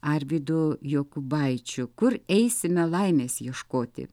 arvydu jokubaičiu kur eisime laimės ieškoti